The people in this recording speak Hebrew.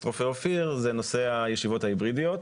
רופא אופיר הוא נושא הישיבות ההיברידיות.